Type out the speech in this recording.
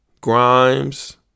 Grimes